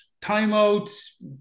timeouts